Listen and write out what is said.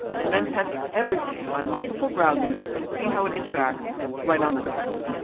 and then test everything on multiple browsers and see how it interacts right on the device.